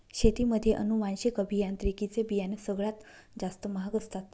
शेतीमध्ये अनुवांशिक अभियांत्रिकी चे बियाणं सगळ्यात जास्त महाग असतात